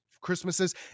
Christmases